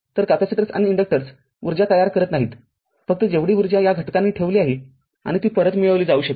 तर कॅपेसिटर आणि इंडक्टर्स उर्जा तयार करत नाहीत फक्त जेवढी ऊर्जा या घटकांनी ठेवली आहे आणि ती परत मिळवली जाऊ शकते